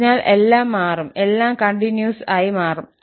അതിനാൽ എല്ലാം മാറും എല്ലാം കണ്ടിന്യൂസ് ആയി മാറും